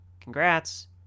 congrats